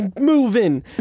moving